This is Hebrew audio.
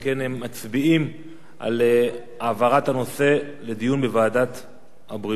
על העברת הנושא לדיון בוועדת העבודה, הרווחה